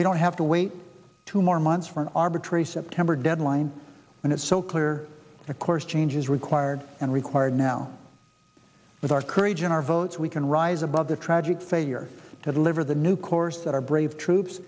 we don't have to wait two more months for an arbitrary september deadline and it's so clear of course change is required and required now with our courage and our votes we can rise above the tragic failure to deliver the new course that our brave troops